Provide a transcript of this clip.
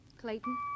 Clayton